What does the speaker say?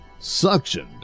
suctioned